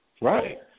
Right